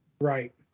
Right